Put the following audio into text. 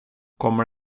kommer